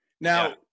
now